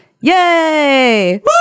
yay